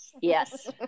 Yes